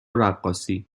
رقاصی